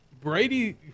Brady